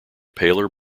paler